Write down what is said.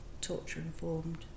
torture-informed